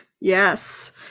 Yes